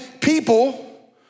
people